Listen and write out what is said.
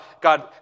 God